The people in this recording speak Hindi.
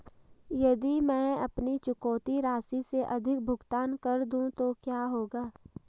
यदि मैं अपनी चुकौती राशि से अधिक भुगतान कर दूं तो क्या होगा?